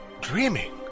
Dreaming